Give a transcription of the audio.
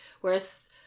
Whereas